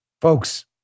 Folks